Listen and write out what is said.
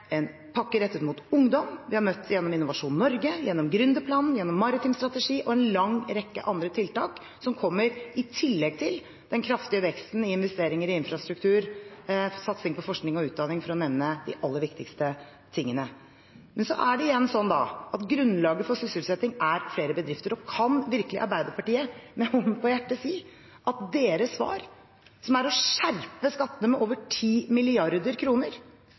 en pakke rettet mot ungdom. Vi har møtt det gjennom Innovasjon Norge, gjennom gründerplanen, gjennom maritim strategi og en lang rekke andre tiltak som kommer i tillegg til den kraftige veksten i investeringer i infrastruktur, og satsing på forskning og utdanning, for å nevne de aller viktigste tingene. Men igjen er det sånn at grunnlaget for sysselsetting er flere bedrifter, og kan virkelig Arbeiderpartiet, med hånden på hjertet, si at deres svar, som er å skjerpe skattene med over